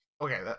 Okay